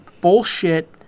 bullshit